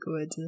good